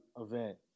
event